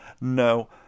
No